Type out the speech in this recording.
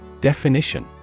Definition